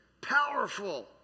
Powerful